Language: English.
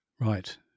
Right